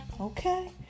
Okay